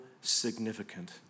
significant